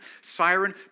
Siren